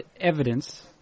evidence